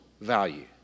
value